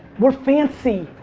we're fancy.